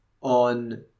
on